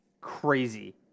crazy